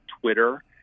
Twitter